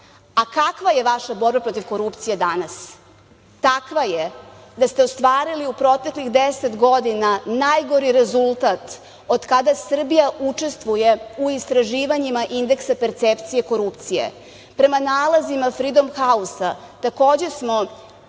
stvar. Kakva je vaša borba protiv korupcije danas? Takva je da ste ostvarili u proteklih deset godina najgori rezultat od kada Srbija učestvuje u istraživanjima indeksa percepcije korupcije. Prema nalazima „Fridom hausa“ takođe smo